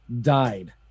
died